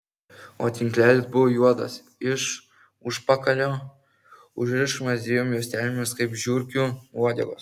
o tinklelis buvo juodas iš užpakalio užrišamas dviem juostelėmis kaip žiurkių uodegos